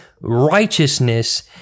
righteousness